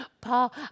Paul